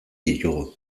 ditugu